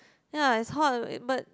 ya it's hot but